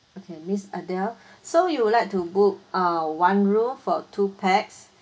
okay miss adelle so you would like to book uh one room for two pax